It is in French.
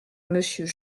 monsieur